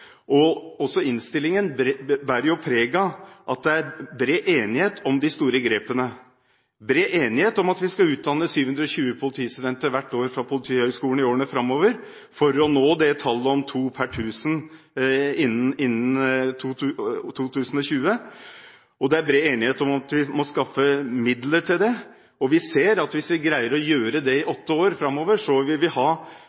justissektoren. Også innstillingen bærer preg av at det er bred enighet om de store grepene. Det er bred enighet om at vi skal utdanne 720 politistudenter fra Politihøgskolen hvert år i årene framover for å nå tallet på to per 1 000 innbyggere innen 2020. Og det er bred enighet om at vi må skaffe midler til det. Vi ser at hvis vi greier å gjøre det i